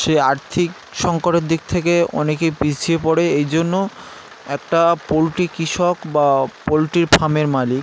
সেই আর্থিক সংকটের দিক থেকে অনেকেই পিছিয়ে পড়ে এই জন্য একটা পোলট্রি কৃষক বা পোলট্রি ফার্মের মালিক